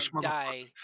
die